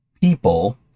people